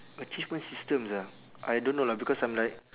achievement systems ah I don't know lah because I'm like